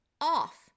off